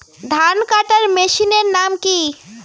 ধান কাটার মেশিনের নাম কি?